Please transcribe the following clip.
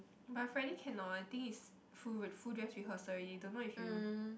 but I Friday cannot I think is full re~ full dress rehearsal already don't know if you